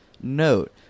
Note